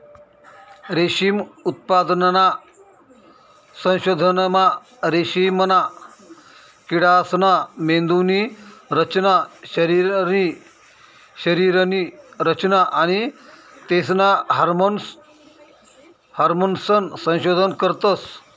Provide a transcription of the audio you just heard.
रेशीम उत्पादनना संशोधनमा रेशीमना किडासना मेंदुनी रचना, शरीरनी रचना आणि तेसना हार्मोन्सनं संशोधन करतस